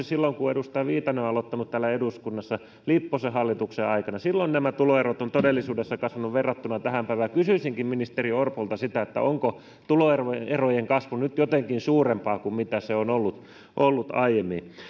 silloin kun edustaja viitanen on aloittanut täällä eduskunnassa lipposen hallituksen aikana silloin tuloerot ovat todellisuudessa kasvaneet verrattuna tähän päivään kysyisinkin ministeri orpolta onko tuloerojen kasvu nyt jotenkin suurempaa kuin se on ollut ollut aiemmin